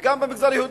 וגם במגזר היהודי,